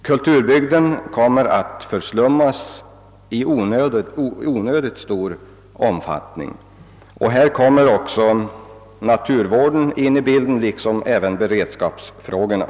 Kulturbygden kommer att förslummas i onödigt stor omfattning, och här kommer också naturvården in i bilden liksom även beredskapsfrågorna.